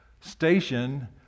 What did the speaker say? station